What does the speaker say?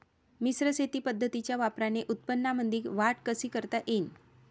मिश्र शेती पद्धतीच्या वापराने उत्पन्नामंदी वाढ कशी करता येईन?